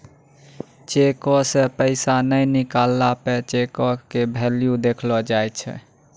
चेको से पैसा नै निकलला पे चेको के भेल्यू देखलो जाय छै